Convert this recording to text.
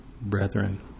brethren